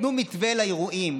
תנו מתווה לאירועים,